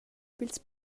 pils